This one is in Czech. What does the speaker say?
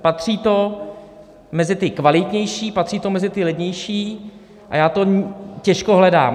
Patří to mezi ty kvalitnější, patří to mezi ty levnější a já to těžko hledám.